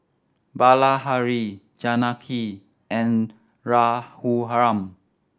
Bilahari Janaki and Raghuram